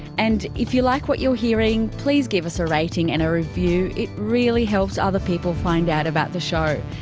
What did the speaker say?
and if you like what you're hearing, please give us a rating and a review. it really helps other people find out about the show.